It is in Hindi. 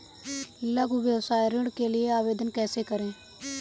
लघु व्यवसाय ऋण के लिए आवेदन कैसे करें?